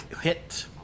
hit